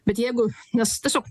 bet jeigu mes tiesiog